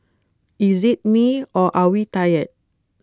is IT me or are we tired